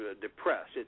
depressed